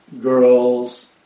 girls